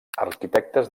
arquitectes